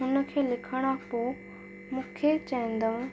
हुन खे लिखण खां पोइ मूंखे चईंदो